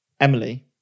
Emily